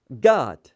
God